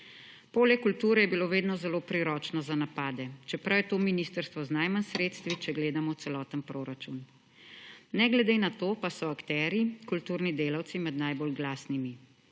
Polje kulture je bilo vedno zelo priročno za napade, čeprav je to ministrstvo z najmanj sredstvi, če gledamo celoten proračun. Ne glede na to pa so akterji, kulturni delavci, med najbolj glasnimi.